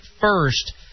first